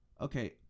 okay